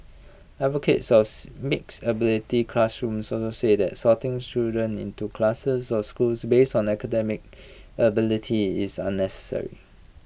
advocates mix ability classrooms also say that sorting children into classes or schools base on academic ability is unnecessary